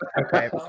Okay